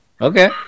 Okay